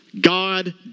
God